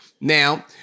Now